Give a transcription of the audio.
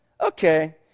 okay